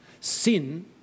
Sin